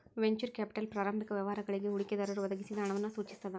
venture capital ಪ್ರಾರಂಭಿಕ ವ್ಯವಹಾರಗಳಿಗಿ ಹೂಡಿಕೆದಾರರು ಒದಗಿಸಿದ ಹಣವನ್ನ ಸೂಚಿಸ್ತದ